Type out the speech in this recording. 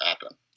happen